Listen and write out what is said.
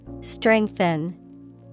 Strengthen